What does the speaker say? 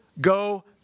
go